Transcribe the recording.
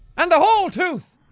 and the whole tooth!